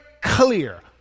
clear